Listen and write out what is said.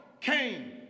Cain